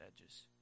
edges